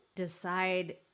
decide